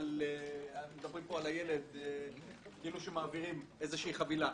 מדברים פה על הילד כאילו מעבירים איזושהי חבילה.